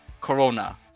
Corona